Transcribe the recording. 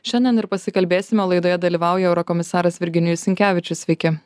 šiandien ir pasikalbėsime laidoje dalyvauja eurokomisaras virginijus sinkevičius sveiki